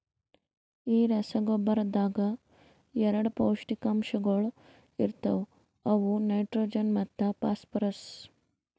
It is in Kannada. ಈ ರಸಗೊಬ್ಬರದಾಗ್ ಎರಡ ಪೌಷ್ಟಿಕಾಂಶಗೊಳ ಇರ್ತಾವ ಅವು ನೈಟ್ರೋಜನ್ ಮತ್ತ ಫಾಸ್ಫರ್ರಸ್